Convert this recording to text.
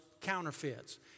counterfeits